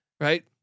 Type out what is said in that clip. right